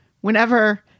whenever